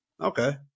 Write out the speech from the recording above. okay